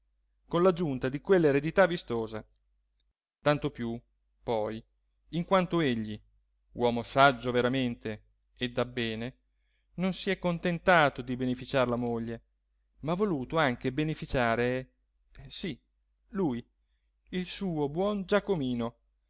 con l'aggiunta di quell'eredità vistosa tanto più poi in quanto egli uomo saggio veramente e dabbene non si è contentato di beneficiar la moglie ma ha voluto anche beneficiare sì lui il suo buon giacomino